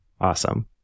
Awesome